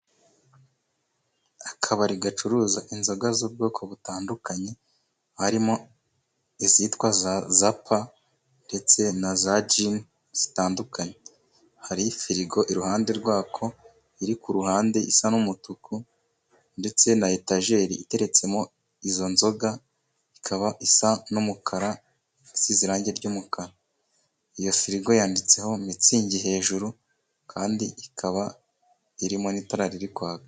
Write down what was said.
Akabari gacuruza inzoga z'ubwoko butandukanye, harimo izitwa zapa ,ndetse na za jini zitandukanye, hari firigo iruhande rwako iri ku ruhande isa n'umutuku, ndetse na etajeri iteretsemo izo nzoga, ikaba isa n'umukara .isize irangi ry'umukara ,iyo firigo yanditseho mitsingi ,hejuru kandi ikaba iririmo n'itara riri kwaka.